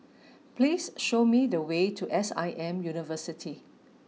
please show me the way to S I M University